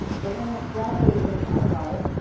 but then gradually as they thought about it,